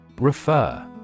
Refer